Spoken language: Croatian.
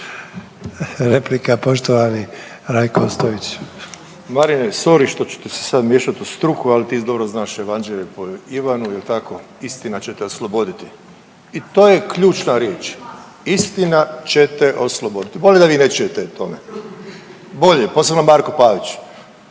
Ostojić. **Ostojić, Rajko (Nezavisni)** Marine, sorry što ću ti se sada miješat u struku ali ti znaš dobro Evanđelje po Ivanu, jel tako istina će te osloboditi. I to je ključna riječ. Istina će te se osloboditi. Bolje da vi ne čujete o tome, bolje, posebno Marko Pavić.